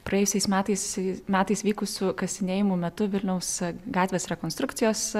praėjusiais metais metais vykusių kasinėjimų metu vilniaus gatvės rekonstrukcijos